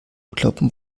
kloppen